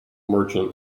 merchant